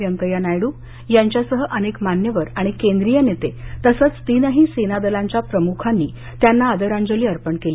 वेंकय्या नायडू यांच्यासह अनेक मान्यवर आणि केंद्रीय नेतेतसंच तीनही सेना दलांच्या प्रमुखांनी त्यांना आंदरांजली अर्पण केली